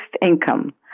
income